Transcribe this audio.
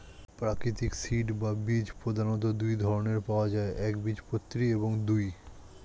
প্রাকৃতিক সিড বা বীজ প্রধানত দুই ধরনের পাওয়া যায় একবীজপত্রী এবং দুই